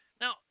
Now